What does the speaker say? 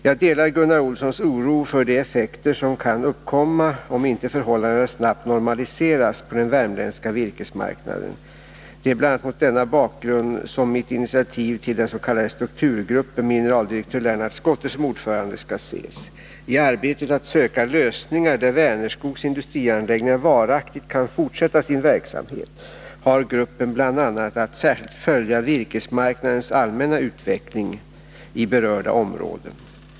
Jag delar Gunnar Olssons oro för de effekter som kan uppkomma om inte förhållandena snabbt normaliseras på den värmländska virkesmarknaden. Det är bl.a. mot denna bakgrund som mitt initiativ till den s.k. strukturgruppen, med generaldirektör Lennart Schotte som ordförande, skall ses. I arbetet på att söka lösningar där Vänerskogs industrianläggningar varaktigt kan fortsätta sin verksamhet har gruppen bl.a. att särskilt följa virkesmarknadens allmänna utveckling i berörda områden.